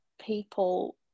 people